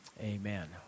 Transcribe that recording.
Amen